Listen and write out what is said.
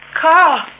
Carl